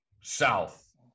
South